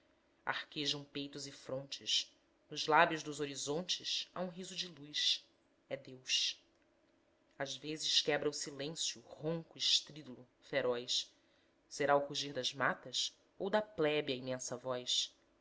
céus arquejam peitos e frontes nos lábios dos horizontes há um riso de luz é deus às vezes quebra o silêncio ronco estrídulo feroz será o rugir das matas ou da plebe a imensa voz